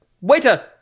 Waiter